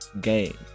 game